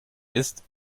ist